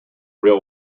real